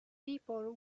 people